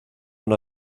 una